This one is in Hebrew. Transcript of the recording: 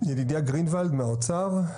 ידידיה גרינוולד מהאוצר.